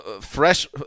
fresh